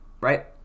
right